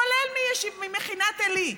כולל ממכינת עלי,